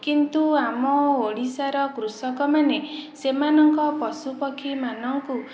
କିନ୍ତୁ ଆମ ଓଡ଼ିଶାର କୃଷକମାନେ ସେମାନଙ୍କ ପଶୁ ପକ୍ଷୀ ମାନଙ୍କୁ